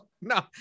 no